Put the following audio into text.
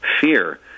fear